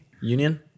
Union